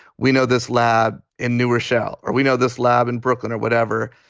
we know this lab in new rochelle or we know this lab in brooklyn or whatever,